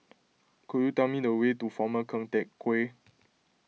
could you tell me the way to former Keng Teck Whay